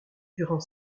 durant